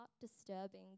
disturbing